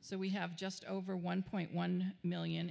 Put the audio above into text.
so we have just over one point one million